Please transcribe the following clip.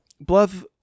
Bluff